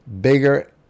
bigger